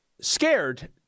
scared